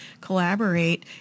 collaborate